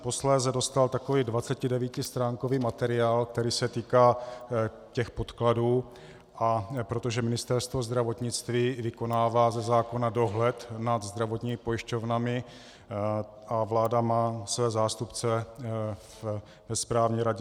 Posléze jsem dostal takový 29stránkový materiál, který se týká těch podkladů, a protože Ministerstvo zdravotnictví vykonává ze zákona dohled nad zdravotními pojišťovnami, a vláda má své zástupce ve Správní radě